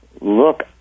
look